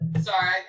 Sorry